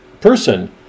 person